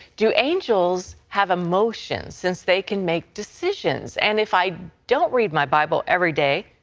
do angels have emotions since they can make decisions? and if i don't read my bible every day,